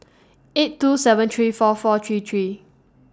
eight two seven three four four three three